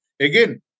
Again